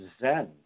Zen